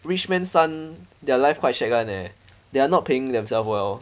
rich man son their life quite shag [one] leh they are not paying themself well